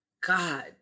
God